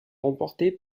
remporté